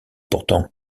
pourtant